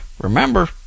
Remember